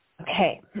Okay